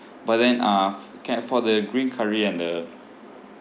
but then uh f~ ca~ for the green curry and the